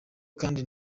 kandi